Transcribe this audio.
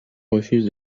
refuse